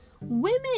women